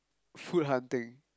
food hunting